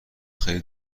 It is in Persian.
خیلی